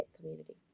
community